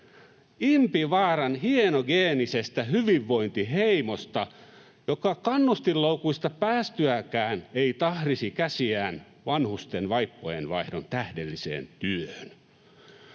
Impivaaran hienogeenisestä hyvinvointiheimosta, joka kannustinloukuista päästyäänkään ei tahrisi käsiään vanhusten vaippojenvaihdon tähdelliseen työhön.